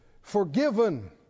forgiven